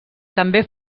també